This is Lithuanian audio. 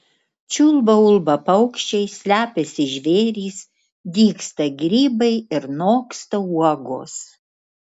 čia ulba paukščiai slepiasi žvėrys dygsta grybai ir noksta uogos